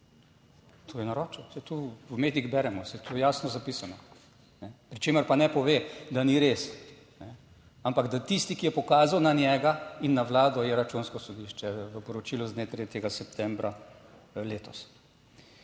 To je naročil, saj to v medijih beremo, saj je tu jasno zapisano. Pri čemer pa ne pove, da ni res, ampak da tisti, ki je pokazal na njega in na Vlado, je Računsko sodišče v poročilu z dne 3. septembra letos.